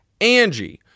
Angie